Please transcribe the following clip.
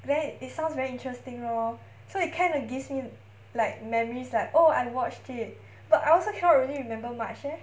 then it sounds very interesting lor so it kind of gives me like memories like oh I watched it but I also cannot really remember much leh